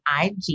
IG